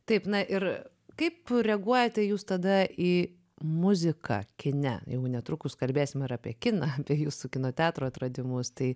taip na ir kaip reaguojate jūs tada į muziką kine jau netrukus kalbėsim ir apie kiną jūsų kino teatrų atradimus tai